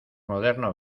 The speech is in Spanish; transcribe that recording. moderno